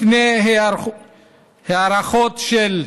לפי הערכות של גורמים,